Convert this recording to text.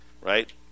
Right